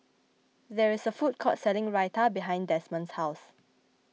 there is a food court selling Raita behind Desmond's house